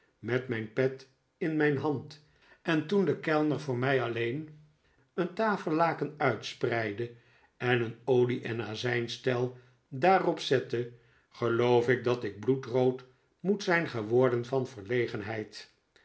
met mijn pet in mijn hand en toen de kellner voor mij alleen een tafellaken uitspreidde en een olie en azijnstel daarop zette geloof ik dat ik bloedrood moet zijn geworden van